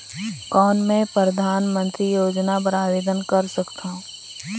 कौन मैं परधानमंतरी योजना बर आवेदन कर सकथव?